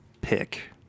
pick